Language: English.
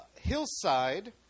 Hillside